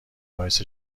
باعث